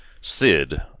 Sid